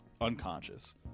unconscious